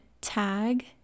tag